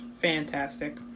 fantastic